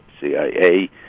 CIA